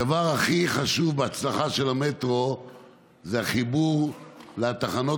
הדבר הכי חשוב בהצלחה של המטרו זה החיבור לתחנות